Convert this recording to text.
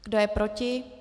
Kdo je proti?